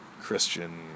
Christian